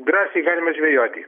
drąsiai galima žvejoti